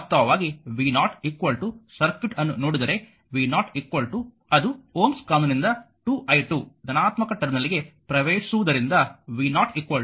ವಾಸ್ತವವಾಗಿ v0 circuit ಅನ್ನು ನೋಡಿದರೆ v0 ಅದು ಓಮ್ಸ್ ಕಾನೂನಿನಿಂದ 2i2 ಧನಾತ್ಮಕ ಟರ್ಮಿನಲ್ಗೆ ಪ್ರವೇಶಿಸುವುದರಿಂದ v0 2i2